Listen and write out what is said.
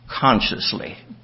consciously